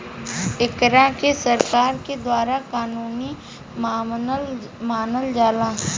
एकरा के सरकार के द्वारा कानूनी मानल जाला